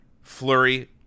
flurry